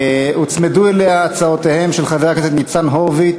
הוצמדו אליה הצעותיהם של חבר הכנסת ניצן הורוביץ,